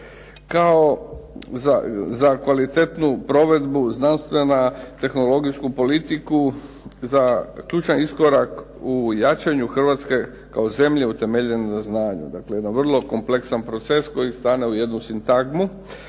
kao za kvalitetnu provedbu znanstvena, tehnologijsku politiku za ključan iskorak u jačanju Hrvatske kao zemlje utemeljene na znanju, dakle jedan vrlo kompleksan proces koji stane u jednu sintagmu.